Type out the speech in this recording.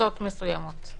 קבוצות מסוימות,